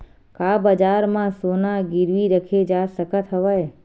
का बजार म सोना गिरवी रखे जा सकत हवय?